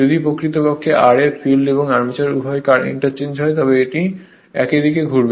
যদি প্রকৃতপক্ষে rb field এবং আর্মেচার উভয় ইন্টারচেঞ্জ হয় তবে এটি একই দিকে ঘুরবে